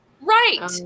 Right